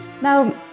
Now